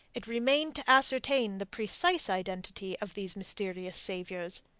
it remained to ascertain the precise identity of these mysterious saviours,